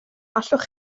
allech